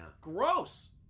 Gross